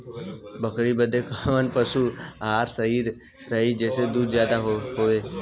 बकरी बदे कवन पशु आहार सही रही जेसे दूध ज्यादा होवे?